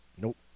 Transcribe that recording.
Nope